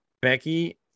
becky